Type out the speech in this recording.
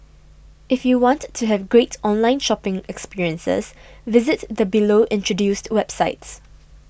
if you want to have great online shopping experiences visit the below introduced websites